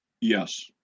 Yes